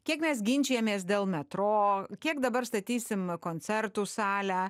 kiek mes ginčijamės dėl metro kiek dabar statysim koncertų salę